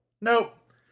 Nope